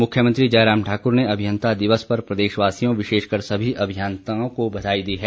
मुख्यमंत्री जयराम ठाकूर ने अभियंता दिवस पर प्रदेशवासियों विशेषकर सभी अभियंताओं को बघाई दी है